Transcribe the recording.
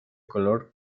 color